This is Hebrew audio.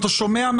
אתה שומע,